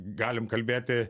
galim kalbėti